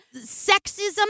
sexism